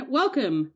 welcome